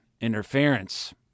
interference